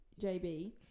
JB